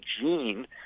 gene